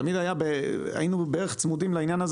תמיד היינו בערך צמודים לעניין הזה